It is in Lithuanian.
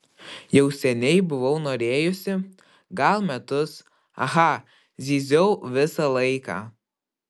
jau seniai buvau norėjusi gal metus aha zyziau visą laiką